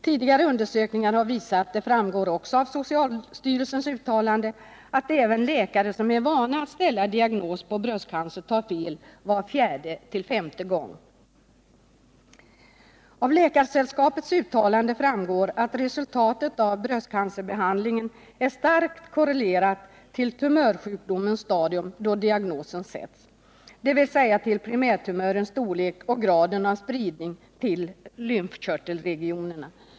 Tidigare undersökningar har visat — det framgår också av socialstyrelsens utlåtande — att även läkare som är vana att ställa diagnos på bröstcancer tar fel var fjärde till var femte gång. Av Läkaresällskapets uttalande framgår att resultatet av bröstcancerbehandling är starkt korrelerat till tumörsjukdomens stadium då diagnosen ställs, dvs. till primärtumörens storlek och graden av spridning till lymfkörtelregionerna.